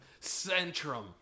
Centrum